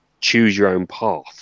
choose-your-own-path